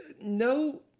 No